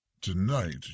Tonight